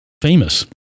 famous